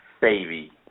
baby